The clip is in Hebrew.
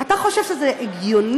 אתה חושב שזה הגיוני